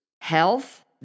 Health